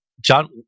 john